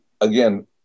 Again